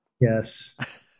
Yes